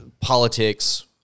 politics